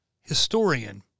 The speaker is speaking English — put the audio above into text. historian